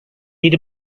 yedi